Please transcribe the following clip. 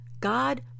God